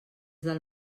del